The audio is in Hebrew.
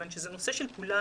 מכיוון שזה נושא של כולנו.